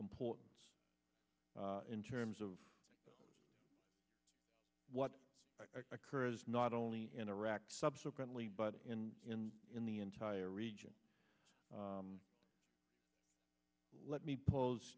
importance in terms of what occurs not only in iraq subsequently but in in in the entire region let me pose